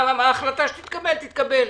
ההחלטה שתתקבל, תתקבל.